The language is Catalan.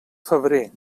febrer